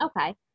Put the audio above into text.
Okay